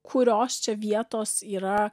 kurios čia vietos yra